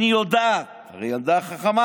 אני יודעת, הרי הילדה חכמה